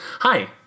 Hi